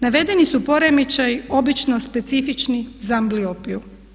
Navedeni su poremećaji obično specifični za ambliopiju.